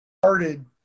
started